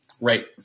Right